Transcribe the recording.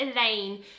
Elaine